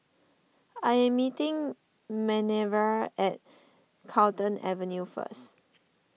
I am meeting Manerva at Carlton Avenue first